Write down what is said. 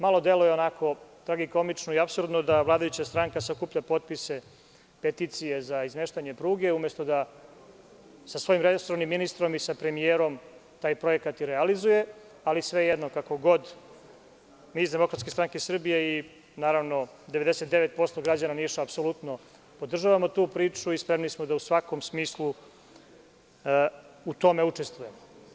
Malo deluje, onako, tragikomično i apsurdno da vladajuća stranka sakuplja potpise, peticije za izmeštanje pruge, umesto da sa svojim resornim ministrom i sa premijerom taj projekat i realizuje, ali, svejedno, kako god, mi iz DSS i 99% građana Niša apsolutno podržavamo tu priču i spremni smo da u svakom smislu u tome učestvujemo.